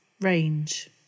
range